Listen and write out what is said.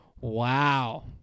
Wow